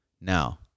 Now